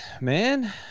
man